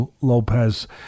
Lopez